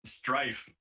Strife